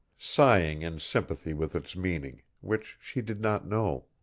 sighing in sympathy with its meaning, which she did not know.